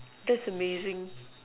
that's amazing